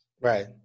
Right